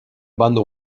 bande